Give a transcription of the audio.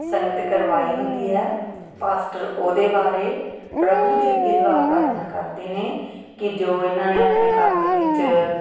ਸੰਗਤ ਕਰਵਾਈ ਹੁੰਦੀ ਹੈ ਪਾਸਟਰ ਉਹਦੇ ਬਾਰੇ ਪ੍ਰਭੂ ਦੇ ਅੱਗੇ ਦੁਆ ਪ੍ਰਾਰਥਨਾ ਕਰਦੇ ਨੇ ਕਿ ਜੋ ਇਹਨਾਂ ਨੇ ਆਪਣੇ ਘਰ ਦੇ ਵਿੱਚ